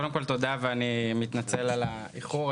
קודם כול תודה ואני מתנצל על האיחור,